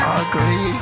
ugly